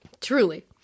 Truly